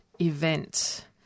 event